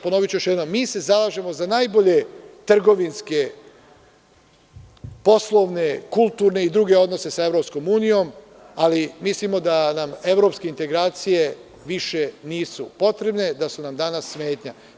Ponoviću još jednom, mi se zalažemo za najbolje trgovinske, poslovne, kulturne i druge odnose sa EU, ali mislimo da nam evropske integracije više nisu potrebne i da su nam danas smetnja.